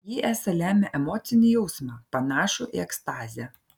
ji esą lemia emocinį jausmą panašų į ekstazę